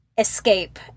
escape